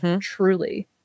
Truly